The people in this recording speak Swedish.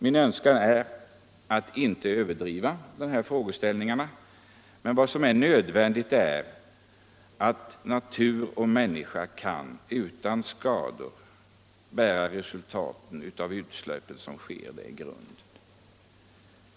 Min önskan är att inte överdriva de här frågeställningarna, men vad som är nödvändigt är att natur och människor utan skador kan bära resultatet av de utsläpp som sker.